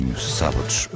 sábados